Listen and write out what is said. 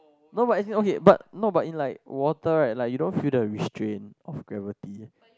no but as in okay but no but in like water right like you don't feel the restrain of gravity